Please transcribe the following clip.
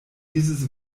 dieses